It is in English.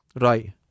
Right